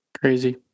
crazy